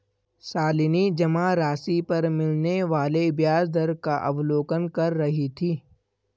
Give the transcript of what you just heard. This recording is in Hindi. शालिनी जमा राशि पर मिलने वाले ब्याज दर का अवलोकन कर रही थी